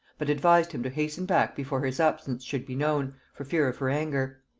but advised him to hasten back before his absence should be known, for fear of her anger.